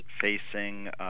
facing